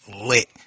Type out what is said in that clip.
lit